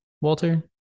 Walter